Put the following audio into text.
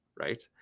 right